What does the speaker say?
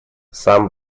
сам